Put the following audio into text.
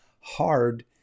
hard